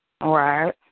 Right